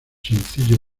sencillos